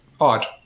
odd